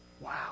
Wow